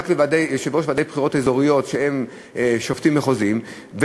רק ליושבי-ראש ועדות בחירות מרכזיות שהם שופטים מחוזיים,